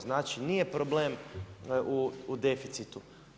Znači nije problem u deficitu.